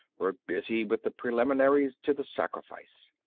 were busy with the preliminaries to the sacrifice.